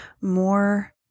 more